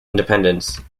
independence